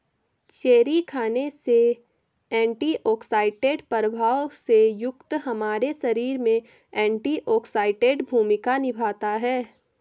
cherry खाने से antioxidant प्रभाव से युक्त हमारे शरीर में एंटीऑक्सीडेंट भूमिका निभाता है